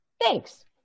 Thanks